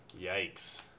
Yikes